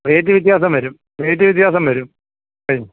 rate വ്യത്യാസം വരും rate വ്യത്യാസം വരും വരും